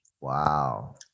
wow